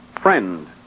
friend